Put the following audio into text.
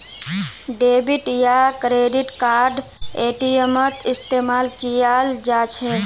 debit या credit card एटीएमत इस्तेमाल कियाल जा छ